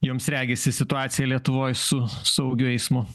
jums regisi situacija lietuvoj su saugiu eismu